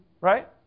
Right